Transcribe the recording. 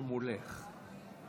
על גבי נייר אחד חתם בן-גוריון וקבע את